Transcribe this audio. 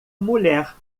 mulher